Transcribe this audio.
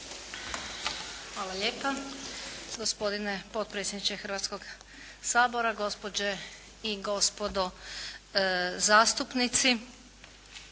Hvala lijepa. Gospodine potpredsjedniče Hrvatskog sabora, gospođe i gospodo zastupnici.